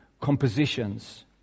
compositions